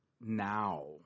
now